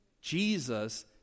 Jesus